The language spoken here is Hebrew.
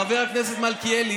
חבר הכנסת מלכיאלי,